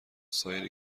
سایر